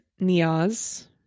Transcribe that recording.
Niaz